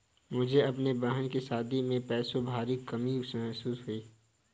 मुझे अपने बहन की शादी में पैसों की भारी कमी महसूस हुई